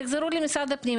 תחזרו למשרד הפנים.